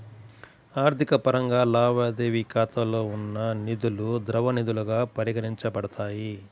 ఆర్థిక పరంగా, లావాదేవీ ఖాతాలో ఉన్న నిధులుద్రవ నిధులుగా పరిగణించబడతాయి